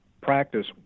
practice